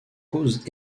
causent